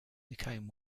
became